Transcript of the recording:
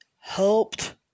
helped